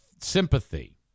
sympathy